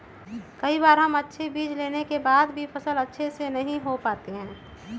कई बार हम अच्छे बीज लेने के बाद भी फसल अच्छे से नहीं हो पाते हैं?